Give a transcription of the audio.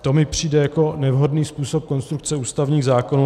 To mi přijde jako nevhodný způsob konstrukce ústavních zákonů.